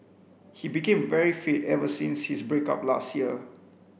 he became very fit ever since his break up last year